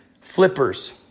flippers